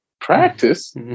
Practice